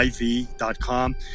iv.com